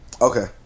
Okay